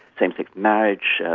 same-sex marriage,